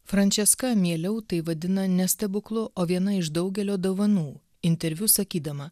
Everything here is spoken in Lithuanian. frančeska mieliau tai vadina ne stebuklu o viena iš daugelio dovanų interviu sakydama